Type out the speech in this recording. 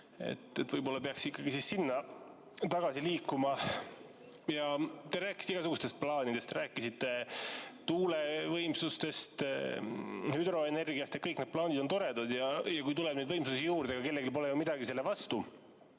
Võib-olla peaks ikkagi sinna tagasi liikuma? Te rääkisite igasugustest plaanidest, rääkisite tuulevõimsustest, hüdroenergiast. Kõik need plaanid on toredad ja kui tuleb neid võimsusi juurde, ega kellelgi pole ju midagi selle vastu,